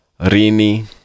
Rini